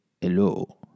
hello